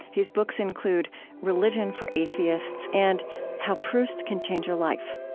his books include religion for atheists and how proust can change your life.